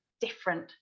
different